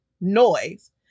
noise